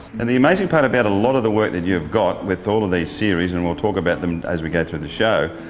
and the amazing part about a lot of the work that you've got with all of these series, and we'll talk about them as we go through the show,